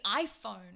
iPhone